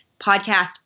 podcast